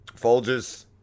Folgers